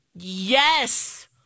Yes